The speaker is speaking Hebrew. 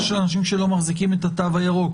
של אנשים שלא מחזיקים את התו הירוק.